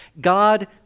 God